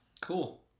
Cool